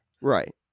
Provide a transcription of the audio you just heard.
Right